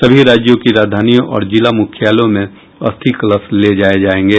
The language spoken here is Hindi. सभी राज्यों की राजधानियों और जिला मुख्यालयों में अस्थि कलश ले जाए जाएंगे